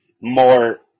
more